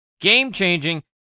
game-changing